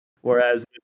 Whereas